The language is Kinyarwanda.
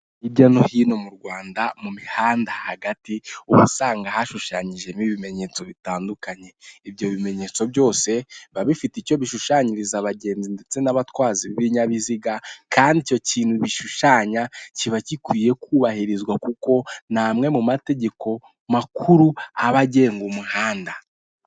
Hirya no hino mu Rwanda mu mihanda hagati uhasanga hashushanyijemo ibimenyetso bitandukanye, ibyo bimenyetso byose biba bifite icyo bishushanyiriza abagenzi ndetse n'abatwazi b'ibinyabiziga kandi icyo kintu bishushanya kiba gikwiye kubahirizwa kuko n' amwe mu mategeko makuru aba agenga umuhanda.